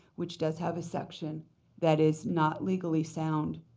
which does have a section that is not legally sound.